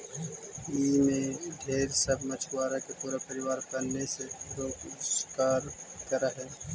ई में ढेर सब मछुआरा के पूरा परिवार पने से रोजकार कर हई